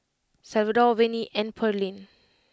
Salvador Vernie and Pearlene